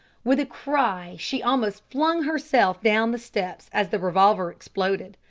with a cry she almost flung herself down the steps as the revolver exploded.